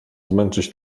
zmęczyć